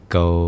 go